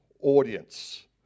audience